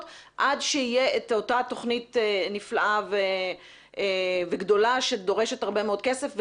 עד שתהיה את אותה תוכנית נפלאה וגדולה שדורשת הרבה מאוד כסף,